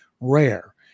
rare